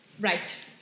right